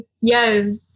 Yes